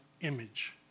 image